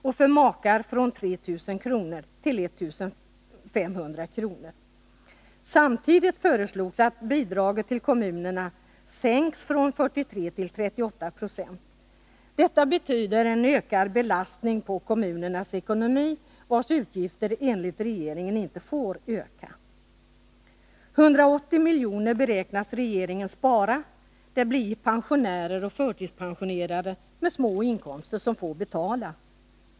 och för makar från 3 000 kr. till 1500 kr. Samtidigt föreslogs att bidraget till kommunerna skulle sänkas från 43 till 38 70. Detta betyder en ökad belastning på kommunernas ekonomi, och kommunernas utgifter får enligt regeringen inte öka. 180 miljoner beräknas regeringen spara. Det blir pensionärer och förtidspensionerade med små inkomster som får betala.